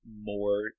more